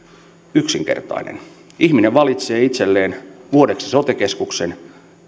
yksinkertainen ihminen valitsee itselleen vuodeksi sote keskuksen